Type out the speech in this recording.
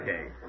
Okay